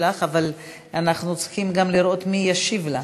אבל אנחנו צריכים לראות מי ישיב לה.